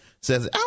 says